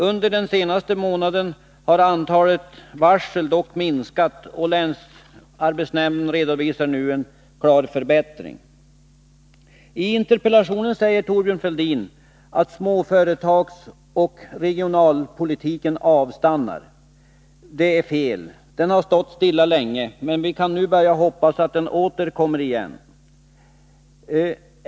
Under den senaste månaden har antalet varsel dock minskat, och länsarbetsnämnden redovisar nu en klar förbättring. I interpellationen säger Thorbjörn Fälldin att småföretagsoch regionalpolitiken avstannar. Det är fel. Den har stått stilla länge, men vi kan nu börja hoppas att den åter kommer i gång.